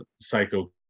Psycho